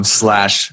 slash